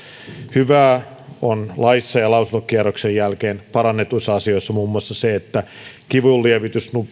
hyvää on laissa ja lausuntokierroksen jälkeen parannetuissa asioissa muun muassa kivunlievitys